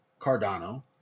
Cardano